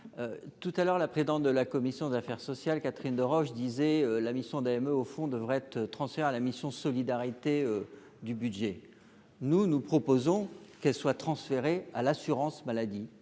tout à l'heure, la présidente de la commission des affaires sociales, Catherine Deroche, disait la mission d'même au fond devrait être transmis à la mission Solidarité du budget, nous, nous proposons qu'elle soit transférée à l'assurance maladie,